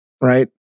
right